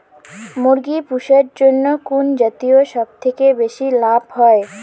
মুরগি পুষার জন্য কুন জাতীয় সবথেকে বেশি লাভ হয়?